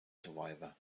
survivor